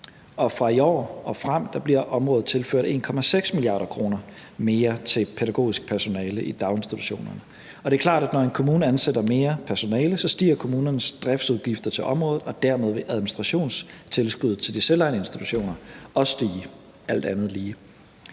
fra i år og frem bliver området tilført 1,6 mia. kr. mere til pædagogisk personale i daginstitutionerne. Det er klart, at når en kommune ansætter mere personale, stiger kommunernes driftsudgifter til området, og dermed vil administrationstilskuddet til de selvejende institutioner også alt andet lige